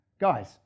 Guys